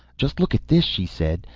just look at this, she said.